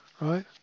right